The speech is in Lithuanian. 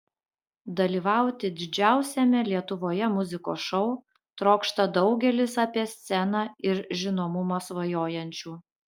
dalyvauti didžiausiame lietuvoje muzikos šou trokšta daugelis apie sceną ir žinomumą svajojančių